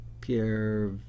Pierre